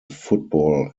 football